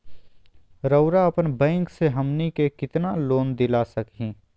रउरा अपन बैंक से हमनी के कितना लोन दिला सकही?